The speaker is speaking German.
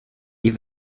die